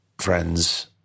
friends